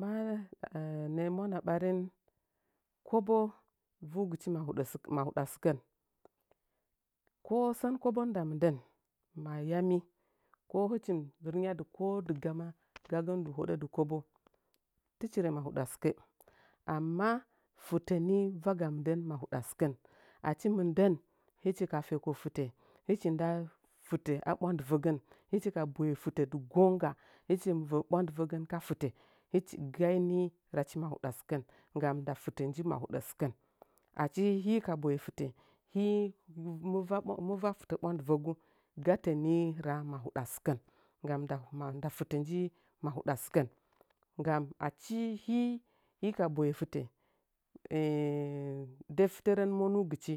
Ma nə’ə mwana ɓarin kobo vuugi chi “mahuɗa sɨk mahu da sɨkən” ko sən kobon nɗa mɨndən ma yami ko hɨchin rɨnggyadɨ ko dɨgama gagindɨ huɗə kobo, di tɨchi rə mahudə sɨkə anima fɨtə mii va ga mɨndən mahuɗa sɨkən achi mɨndən hɨchi ka feko fɨtə hɨchi nda fɨtə aɓwandɨvən hɨchi ka boye fɨtə dɨ gongga hɨchina və ɓwandɨvəgən ka fɨtə “hɨchi gaini rachi ma huɗa sɨkən nggam nda fɨtə nji mahuɗa sɨkən achi hii-hii ka boye fɨtə hii mɨ va fɨtə ɓwandɨvəgu gatəni raa mahuda sɨkən, nggan nda fɨtə nji mahuɗa sɨkru achi hii ka boye fɨtə, hii mɨ-mɨ va mɨva fɨtə “ɓwa ɓwandɨvəgu” gatənaii raa mahuɗa sɨkən nggan nda mahuɗa nda fɨtə nji mahuɗa sɨkən, nggamu adi “hii – hii ka biye fɨtə” defterən monugɨchi